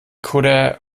kutter